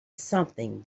something